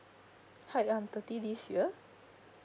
hi I'm thirty this year